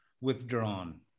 withdrawn